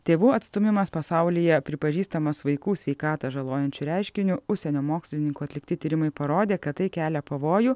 tėvų atstūmimas pasaulyje pripažįstamas vaikų sveikatą žalojančiu reiškiniu užsienio mokslininkų atlikti tyrimai parodė kad tai kelia pavojų